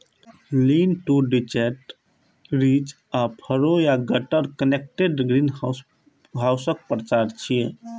lean to detached, ridge आ furrow या gutter connected ग्रीनहाउसक प्रकार छियै